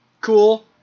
Cool